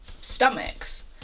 stomachs